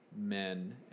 men